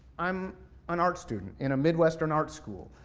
i'm an art student, in a midwestern art school.